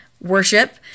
worship